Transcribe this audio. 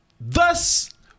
Thus